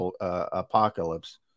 apocalypse